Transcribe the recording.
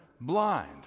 blind